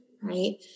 right